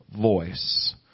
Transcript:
voice